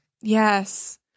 Yes